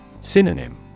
Synonym